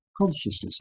consciousness